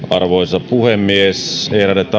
arvoisa puhemies